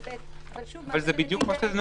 אבל בדיוק לזה זה נועד.